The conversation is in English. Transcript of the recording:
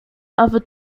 other